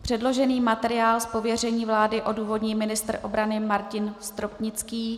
Předložený materiál z pověření vlády odůvodní ministr obrany Martin Stropnický.